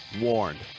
warned